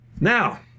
Now